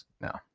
No